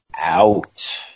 out